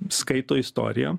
skaito istoriją